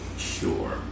Sure